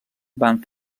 van